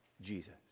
Jesus